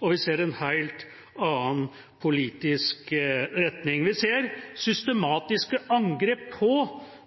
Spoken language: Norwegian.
og vi ser en helt annen politisk retning. Vi ser systematiske angrep på